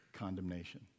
condemnation